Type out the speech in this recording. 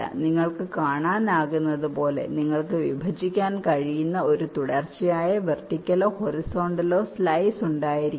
നിങ്ങൾക്ക് കാണാനാകുന്നതുപോലെ നിങ്ങൾക്ക് വിഭജിക്കാൻ കഴിയുന്ന ഒരു തുടർച്ചയായ വെർട്ടിക്കലോ ഹൊറിസോണ്ടലോ സ്ലൈസ് ഉണ്ടായിരിക്കില്ല